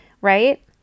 right